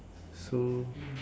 so